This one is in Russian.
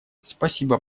спасибо